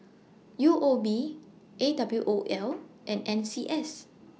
U O B A W O L and N C S